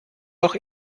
doch